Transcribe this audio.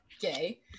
gay